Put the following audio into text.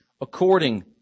according